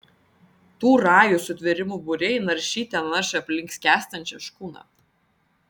tų rajų sutvėrimų būriai naršyte naršė aplink skęstančią škuną